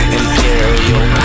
Imperial